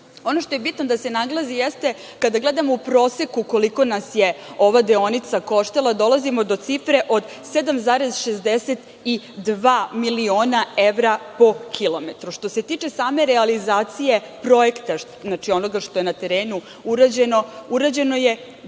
što je bitno da se naglasi, jeste kada gledamo u proseku koliko nas je ova deonica koštala, dolazimo do cifre od 7,62 miliona evra po kilometru. Što se tiče same realizacije projekta, znači onoga što je na terenu urađeno, urađeno je